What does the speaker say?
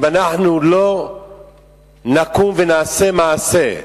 אם אנחנו לא נקום ונעשה מעשה,